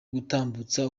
gutambutsa